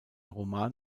roman